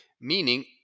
meaning